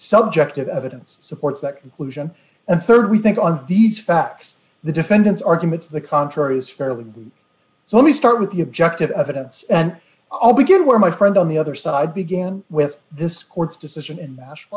subjective evidence supports that conclusion and rd we think on these facts the defendant's argument to the contrary is fairly good so let me start with the objective evidence and i'll begin where my friend on the other side began with this court's decision and mash